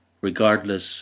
regardless